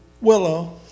Willow